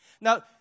Now